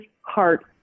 heart